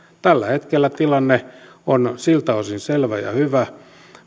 tällä hetkellä tilanne on siltä osin selvä ja hyvä